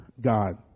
God